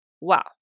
wow